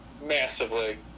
massively